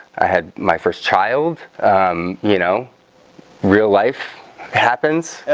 i had my first child you know real life happens